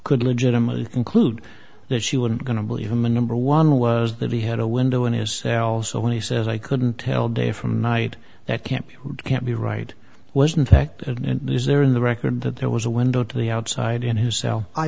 could legitimately conclude that she wasn't going to believe him and number one was that he had a window in his cell so when he says i couldn't tell day from night that can't can't be right was infected and is there in the record that there was a window to the outside in his cell